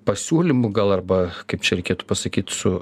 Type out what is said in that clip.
pasiūlymu gal arba kaip čia reikėtų pasakyt su